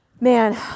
man